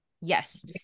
Yes